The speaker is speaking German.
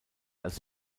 als